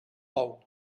bou